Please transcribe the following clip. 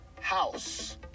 House